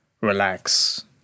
relax